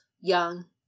young